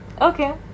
Okay